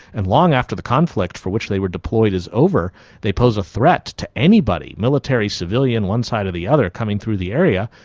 and long after the conflict for which they were deployed is over they pose a threat to anybody military, civilian, one side or the other coming through the area.